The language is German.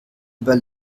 über